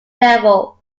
level